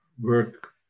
work